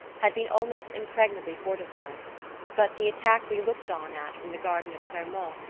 had been almost impregnably fortified but the attack we looked on at from the garden of clermont,